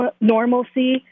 normalcy